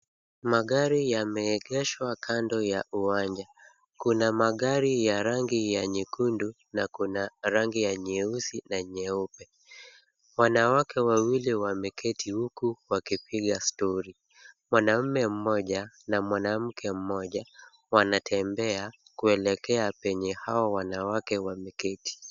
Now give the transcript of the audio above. Magari yameegeshwa kando ya uwanja. Kuna magari ya rangi ya nyekundu na kuna rangi ya nyeusi na nyeupe. Wanawake wawili wameketi huku wakipiga story . Mwanaume mmoja na mwanamke mmoja wanatembea, kuelekea penye hao wanawake wameketi.